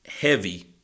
heavy